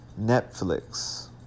Netflix